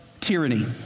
tyranny